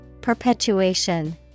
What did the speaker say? Perpetuation